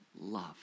love